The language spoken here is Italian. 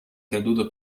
creduto